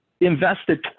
invested